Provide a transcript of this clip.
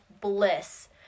bliss